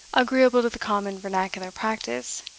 agreeable to the common vernacular practice,